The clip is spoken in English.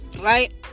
Right